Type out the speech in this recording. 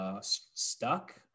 stuck